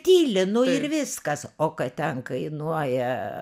tyli nu ir viskas o kad ten kainuoja